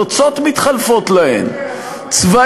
הנוצות מתחלפות להן, שקר.